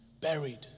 Buried